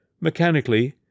Mechanically